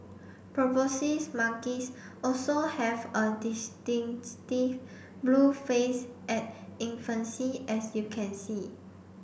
proboscis monkeys also have a distinctive blue face at infancy as you can see